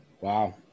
Wow